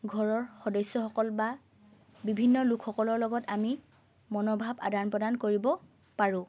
ঘৰৰ সদস্যসকল বা বিভিন্ন লোকসকলৰ লগত আমি মনোভাৱ আদান প্ৰদান কৰিব পাৰোঁ